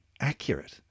accurate